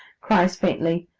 cries faintly,